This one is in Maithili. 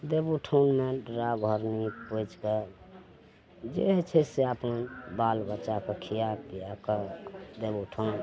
देवउठाओनमे दूरा घर नीप पोछि कए जे होइ छै से अपन बाल बच्चाके खिया पियाकऽ देव उठान